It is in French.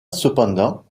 cependant